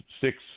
six